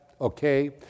okay